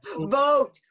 Vote